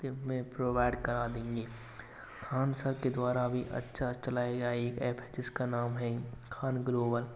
में प्रोवाइड करा देंगे खान सर के द्वारा भी अच्छा चलाया जाए एक एप जिसका नाम है खान ग्रोवर